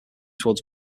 toward